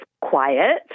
quiet